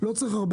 לא צריך הרבה,